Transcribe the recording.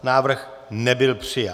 Návrh nebyl přijat.